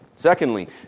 Secondly